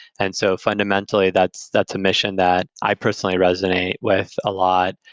and so fundamentally, that's that's a mission that i personally resonate with a lot,